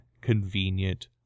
convenient